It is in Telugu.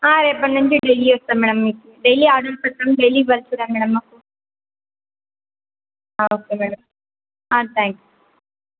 రేపటినుంచి నుంచి డైలీ వస్తాం మేడం మీకు డైలీ ఆర్డర్ పెడతాం డైలీ మేడం మాకు ఓకే మేడం థ్యాంక్స్